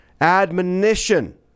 admonition